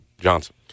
Johnson